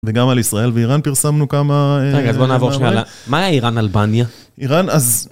וגם על ישראל ואיראן פרסמנו כמה... רגע בוא נעבור שניה ל... מה היה איראן-אלבניה? איראן אז...